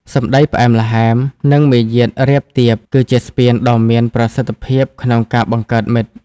សម្ដីផ្អែមល្ហែម និងមារយាទរាបទាប គឺជាស្ពានដ៏មានប្រសិទ្ធភាពក្នុងការបង្កើតមិត្ត។